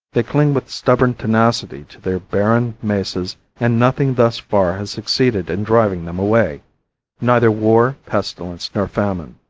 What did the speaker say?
they cling with stubborn tenacity to their barren mesas and nothing thus far has succeeded in driving them away neither war, pestilence nor famine.